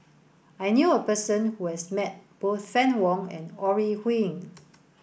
I knew a person who has met both Fann Wong and Ore Huiying